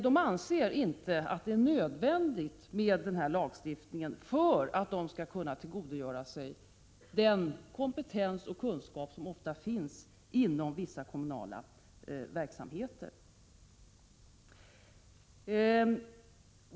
De anser inte att den föreslagna lagstiftningen är nödvändig för att de skall kunna tillgodogöra sig den kompetens och kunskap som ofta finns inom vissa kommunala verksamheter.